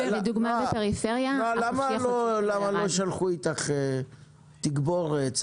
למה לא שלחו איתך תגבורת,